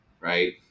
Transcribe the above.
Right